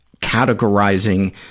categorizing